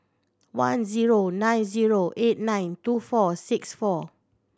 one zero nine zero eight nine two four six four